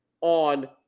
on